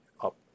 up